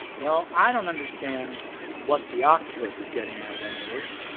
well, i don't understand what the octopus is getting out of any of this.